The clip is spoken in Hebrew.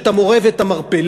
את המורה ואת המרפא,